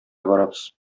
барабыз